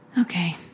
okay